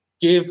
give